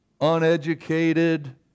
Uneducated